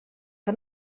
que